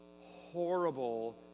horrible